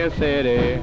city